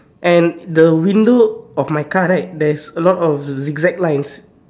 and the window of my car right there's a lot of zig-zag lines